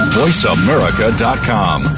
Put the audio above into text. voiceamerica.com